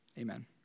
Amen